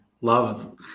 Love